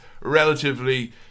relatively